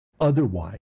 Otherwise